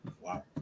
Wow